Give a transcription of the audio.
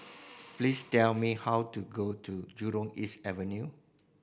please tell me how to go to Jurong East Avenue